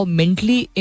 mentally